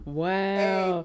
wow